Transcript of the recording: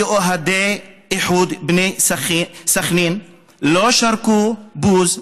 ואוהדי איחוד בני סח'נין לא שרקו בוז,